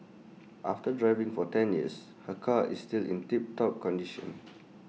after driving for ten years her car is still in tip top condition